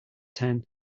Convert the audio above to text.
ten